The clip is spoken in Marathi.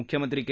मुख्यमंत्री के